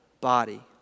body